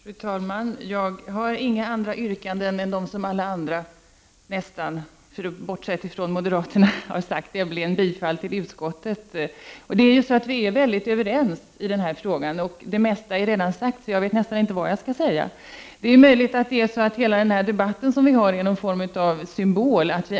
Fru talman! Jag har inga andra yrkanden än de som alla andra har — bortsett från moderaterna. Också jag yrkar alltså bifall till utskottets hemställan. Vi är väldigt överens i den här frågan. Det mesta är redan sagt, så jag vet inte riktigt vad jag skall säga. Det är möjligt att hela debatten på något sätt är symbolisk.